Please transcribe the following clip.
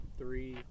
three